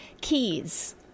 keys